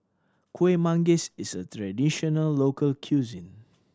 Kueh Manggis is a traditional local cuisine